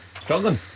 Struggling